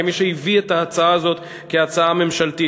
כמי שהביא את ההצעה הזאת כהצעה ממשלתית.